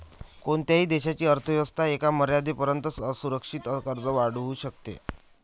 कोणत्याही देशाची अर्थ व्यवस्था एका मर्यादेपर्यंतच असुरक्षित कर्ज वाढवू शकते